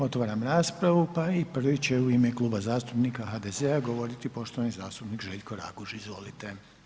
Otvaram raspravu pa i prvi će u ime Kluba zastupnika HDZ-a govoriti poštovani zastupnik Željko Raguž, izvolite.